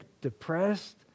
depressed